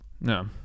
No